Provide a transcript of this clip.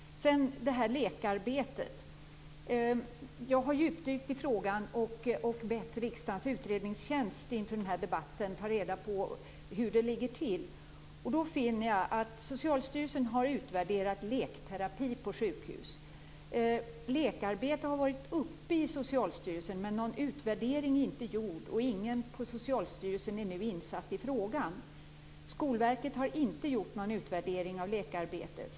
Jag har gjort en djupdykning i frågan om lekarbetet och bett Riksdagens utredningstjänst att inför den här debatten ta reda på hur det ligger till. Då fann jag att Socialstyrelsen har utvärderat lekterapi på sjukhus. Frågan om lekarbete har tagits upp i Socialstyrelsen, men någon utvärdering har inte gjorts. Ingen på Socialstyrelsen är nu insatt i frågan. Skolverket har inte gjort någon utvärdering av lekarbetet.